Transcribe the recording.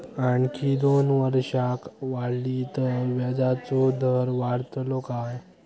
आणखी दोन वर्षा वाढली तर व्याजाचो दर वाढतलो काय?